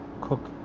cook